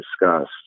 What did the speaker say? discussed